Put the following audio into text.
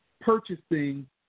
purchasing